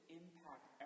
impact